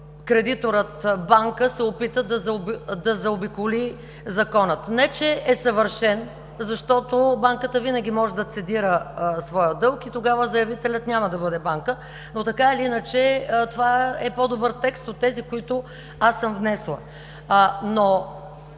кредиторът банка се опита да заобиколи Закона. Не че е съвършен, защото банката винаги може да цедира своя дълг и тогава заявителят няма да бъде банка, но така или иначе това е по-добър текст от тези, които аз съм внесла.